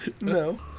No